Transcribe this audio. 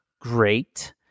great